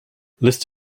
list